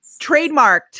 trademarked